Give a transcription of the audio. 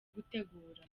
gutegura